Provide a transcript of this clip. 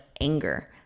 anger